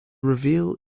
reveal